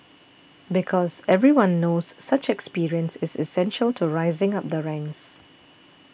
because everyone knows such experience is essential to rising up the ranks